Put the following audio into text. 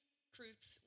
recruits